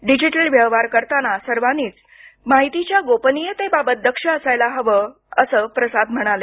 digital व्यवहार करताना सर्वांनीच माहितीच्या गोपनीयतेबाबत दक्ष असायला हवं असं ते म्हणाले